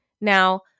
Now